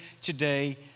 today